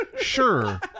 Sure